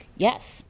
Yes